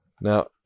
now